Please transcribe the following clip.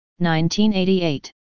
1988